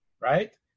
right